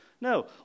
No